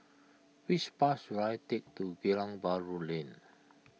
which bus should I take to Geylang Bahru Lane